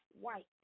white